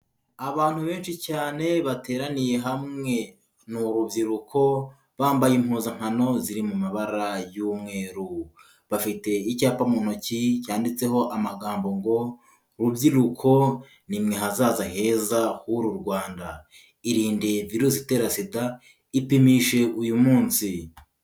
Abantu benshi cyane bateraniye hamwe, ni urubyiruko bambaye impuzankano ziri mu mabara y'umweru. Bafite icyapa mu ntoki cyanditseho amagambo ngo: "Rubyiruko ni mwe hazaza heza h'uru Rwanda. Irinde virusi itera SIDA, ipimishe uyu munsi".